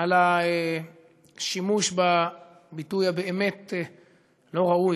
על השימוש בביטוי הבאמת-לא-ראוי,